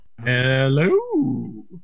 hello